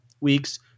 weeks